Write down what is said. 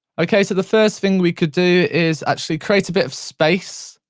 okay, so the first thing we could do is actually create a bit of space.